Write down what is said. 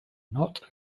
not